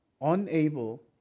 unable